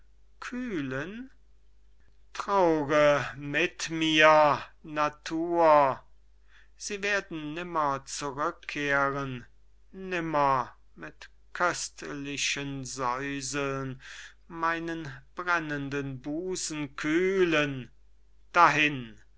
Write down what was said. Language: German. kühlen traure mit mir natur sie werden nimmer zurückkehren nimmer mit köstlichem säuseln meinen brennenden busen kühlen dahin